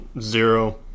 zero